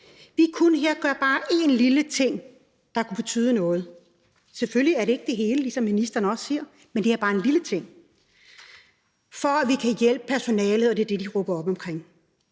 Vi kunne her gøre bare én lille ting, der kunne betyde noget. Selvfølgelig er det ikke det hele, ligesom ministeren også siger, men det er bare en lille ting, for at vi kan hjælpe personalet, og det er det, de råber op om.